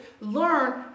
learn